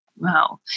wow